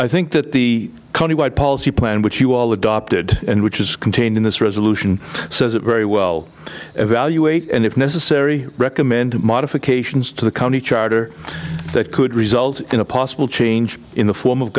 i think that the county wide policy plan which you all adopted and which is contained in this resolution says it very well evaluate and if necessary recommend modifications to the county charter that could result in a possible change in the form of